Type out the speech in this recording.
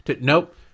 Nope